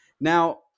Now